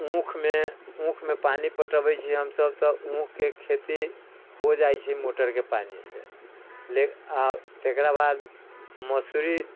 ऊख ऊख मे पानी पटेबै छियै हमसब तऽ ऊख के खेती हो जाइ छै मोटर के पानी से आ तेकरा बाद मसूरी